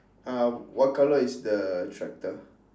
uh what colour is the tractor